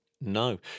No